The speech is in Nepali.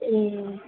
ए